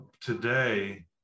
today